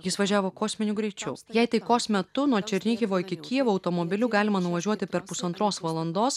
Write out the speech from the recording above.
jis važiavo kosminiu greičiu jei taikos metu nuo černihivo iki kijevo automobiliu galima nuvažiuoti per pusantros valandos